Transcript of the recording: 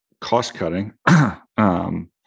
cost-cutting